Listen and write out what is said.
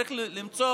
צריך למצוא